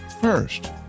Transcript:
first